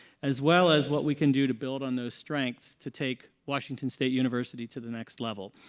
as well as what we can do to build on those strengths to take washington state university to the next level.